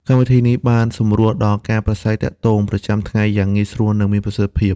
កម្មវិធីនេះបានសម្រួលដល់ការប្រាស្រ័យទាក់ទងប្រចាំថ្ងៃយ៉ាងងាយស្រួល និងមានប្រសិទ្ធភាព។